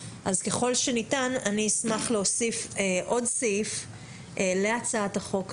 אז ככל שניתן אני אשמח להוסיף עוד סעיף להצעת החוק הזו,